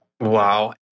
Wow